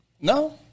No